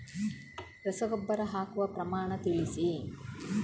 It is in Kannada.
ರಸಗೊಬ್ಬರ ಹಾಕುವ ಪ್ರಮಾಣ ತಿಳಿಸಿ